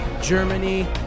Germany